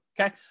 okay